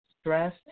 stress